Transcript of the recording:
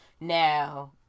Now